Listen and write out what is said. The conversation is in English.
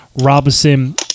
Robinson